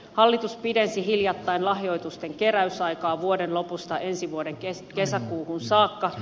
hallitus pidensi hiljattain lahjoitusten keräysaikaa vuoden lopusta ensi vuoden kesäkuuhun saakka